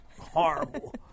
horrible